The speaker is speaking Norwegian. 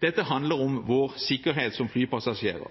Dette handler om vår sikkerhet som flypassasjerer.